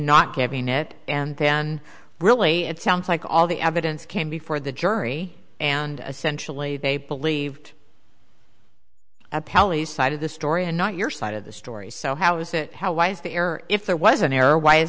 not giving it and then really it sounds like all the evidence came before the jury and essentially they believed pallies side of the story and not your side of the story so how is it how is the error if there was an error why is